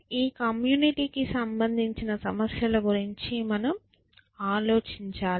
ఈ కమ్యూనిటీ కి సంబందించిన సమస్యల గురించి మనం ఆలోచించాలి